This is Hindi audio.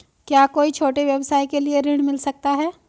क्या कोई छोटे व्यवसाय के लिए ऋण मिल सकता है?